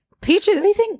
peaches